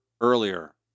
earlier